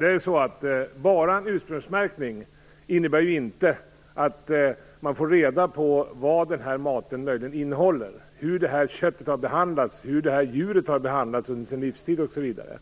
Herr talman! Enbart ursprungsmärkning innebär ju inte att man får reda vad maten innehåller, hur köttet har behandlats eller hur djuret har behandlats under sin livstid. Man får heller inte reda